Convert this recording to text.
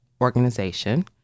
organization